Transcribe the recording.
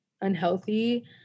unhealthy